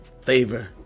Favor